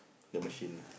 the machine